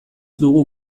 dugu